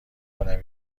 کنم